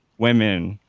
women,